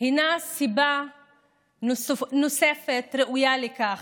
הינה סיבה נוספת ראויה לכך.